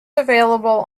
available